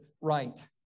right